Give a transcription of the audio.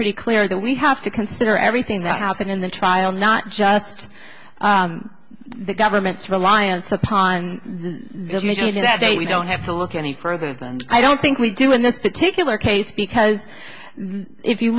pretty clear that we have to consider everything that happened in the trial not just the government's reliance upon this he said that day we don't have to look any further than i don't think we do in this particular case because if you